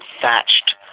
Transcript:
thatched